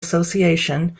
association